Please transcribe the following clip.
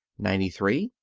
ninety three.